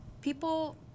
people